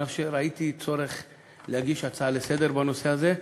ראיתי צורך להגיש הצעה לסדר-היום בנושא הזה,